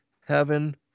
heaven